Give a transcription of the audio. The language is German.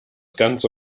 ganze